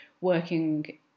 working